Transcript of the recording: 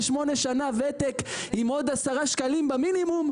שנות וותק עם עוד 10 שקלים במינימום,